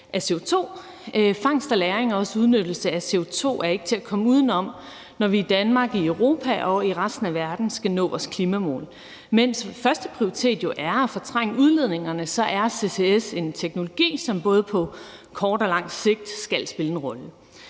Fangst, lagring og udnyttelse af CO2 er ikke til at komme udenom, når vi i Danmark, i Europa og i resten af verden skal nå vores klimamål. Mens førsteprioriteten jo er at fortrænge udledningerne, er ccs en teknologi, som både på kort og lang sigt skal spille en rolle.